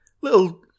Little